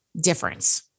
difference